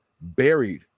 buried